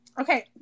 Okay